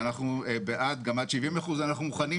ואנחנו בעד גם עד 70%. אנחנו מוכנים